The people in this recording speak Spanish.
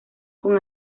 con